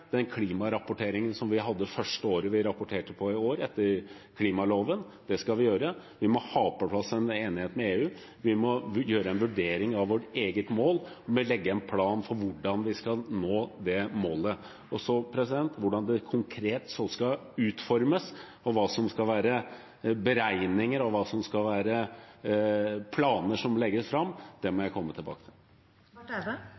den klimarapporteringen som vi rapporterte på første gang i år – etter klimaloven. Det skal vi gjøre. Vi må ha på plass en enighet med EU. Vi må gjøre en vurdering av vårt eget mål og legge en plan for hvordan vi skal nå det målet. Hvordan det så konkret skal utformes, hva som skal være beregninger, og hva som skal være planer som legges fram, må